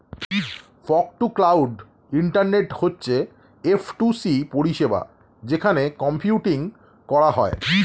fog to cloud internet হচ্ছে F to C পরিষেবা যেখানে কম্পিউটিং করা হয়